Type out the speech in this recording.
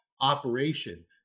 operation